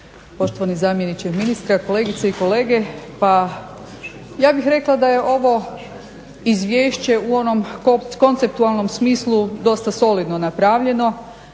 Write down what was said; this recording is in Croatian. Poštovani zamjeniče ministra, kolegice i kolege. Pa ja bih rekla da je ovo izvješće u onom konceptualnom smislu dosta solidno napravljeno,